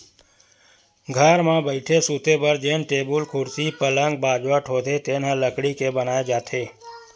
घर म बइठे, सूते बर जेन टेबुल, कुरसी, पलंग, बाजवट होथे तेन ह लकड़ी के बनाए जाथे